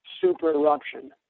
super-eruption